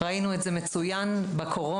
ראינו את זה מצוין בקורונה.